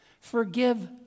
forgive